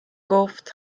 گفت